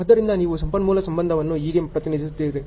ಆದ್ದರಿಂದ ನೀವು ಸಂಪನ್ಮೂಲ ಸಂಬಂಧವನ್ನು ಹೇಗೆ ಪ್ರತಿನಿಧಿಸುತ್ತೀರಿ